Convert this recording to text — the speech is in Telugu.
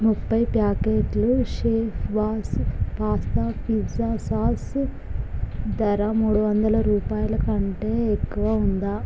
ముప్పై ప్యాకెట్లు chef boss pasta pizza sauce ధర మూడు వందల రూపాయల కంటే ఎక్కువ ఉందా